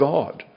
God